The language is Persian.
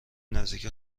نزدیک